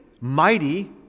mighty